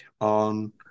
on